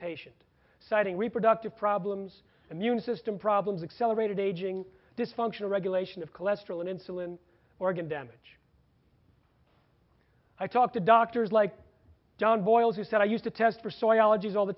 patient citing reproductive problems immune system problems accelerated ageing dysfunctional regulation of cholesterol and insulin organ damage i talk to doctors like john boyle who said i used to test for so i ologies all the